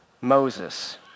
Moses